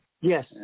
Yes